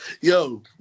Yo